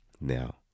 now